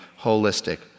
holistic